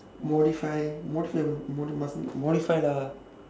modify modify modify dah